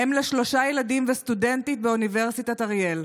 אם לשלושה ילדים וסטודנטית באוניברסיטת אריאל,